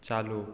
चालू